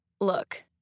Look